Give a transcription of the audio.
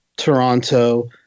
toronto